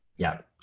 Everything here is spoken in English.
yeah,